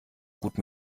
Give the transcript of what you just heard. gut